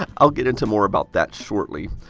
um i'll get into more about that shortly.